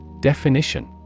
Definition